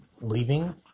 leaving